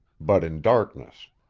but in darkness.